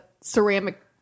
ceramic